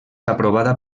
aprovada